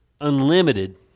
unlimited